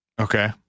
Okay